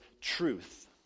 truth